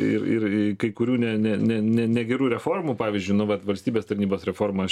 ir ir kai kurių ne ne ne negerų reformų pavyzdžiui nu vat valstybės tarnybos reforma